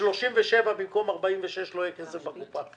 וב-2037, לא ב-2046, כבר לא יהיה כסף בקופה.